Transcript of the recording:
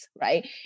right